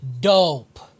dope